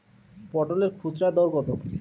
পটলের খুচরা দর কত?